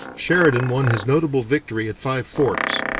sheridan won his notable victory at five forks,